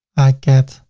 i get.